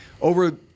over